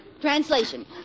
Translation